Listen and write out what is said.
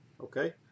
Okay